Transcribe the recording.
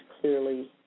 clearly